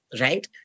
right